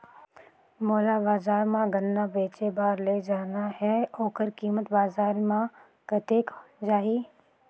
मोला बजार मां गन्ना बेचे बार ले जाना हे ओकर कीमत बजार मां कतेक जाही?